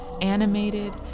animated